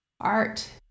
art